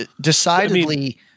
Decidedly